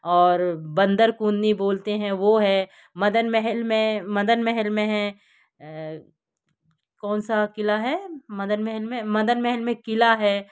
और बंदर कून्नी बोलते हैं वह है मदन महल में मदन महल में है कौन सा क़िला है मदन महल में मदन महल में क़िला है